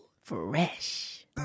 fresh